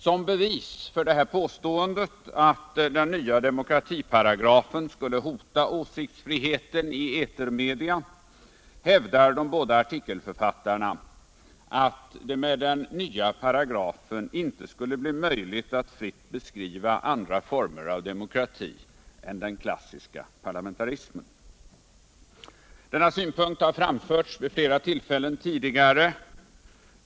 Som bevis för påståendet att den nya demokratiparagrafen skulle hota åsiktsfriheten i etermedia hävdar de båda artikelförfattarna att det med den nya paragrafen inte blir möjligt att fritt beskriva andra former av demokrati än den klassiska parlamentarismen. Denna synpunkt har framförts vid flera tillfällen tidigare.